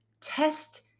test